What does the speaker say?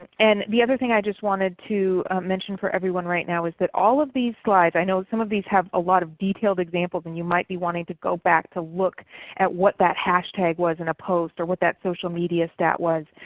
and the other thing i just wanted to mention for everyone right now is that all of these slides, i know some of these have a lot of detailed examples and you might be wanting to go back to look at what that hashtag was in a post or what that social media stat was,